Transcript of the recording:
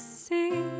see